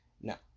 Now